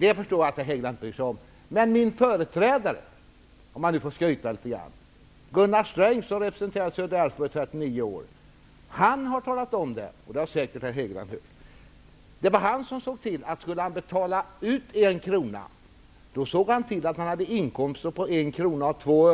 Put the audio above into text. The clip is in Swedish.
Jag förstår att herr Hegeland inte bryr sig om det, men även min företrädare -- om jag får skryta litet grand -- Gunnar Sträng, som representerade Södra Älvsborg i 39 år, har påpekat det. Det har säkerligen också herr Hegeland hört. Gunnar Sträng såg till att han, om han skulle betala ut 1 kr, hade inkomster motsvarande 1:02 kr.